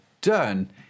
done